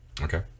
Okay